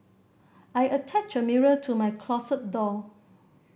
I attached a mirror to my closet door